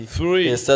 three